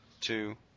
two